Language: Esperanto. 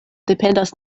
dependas